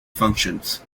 functions